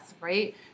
right